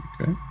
Okay